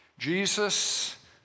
Jesus